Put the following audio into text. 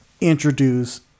introduce